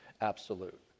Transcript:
absolute